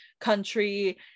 country